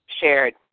shared